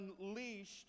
unleashed